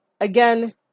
Again